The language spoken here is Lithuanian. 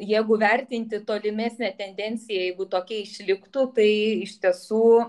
jeigu vertinti tolimesnę tendenciją jeigu tokia išliktų tai iš tiesų